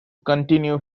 continue